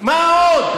מה עוד?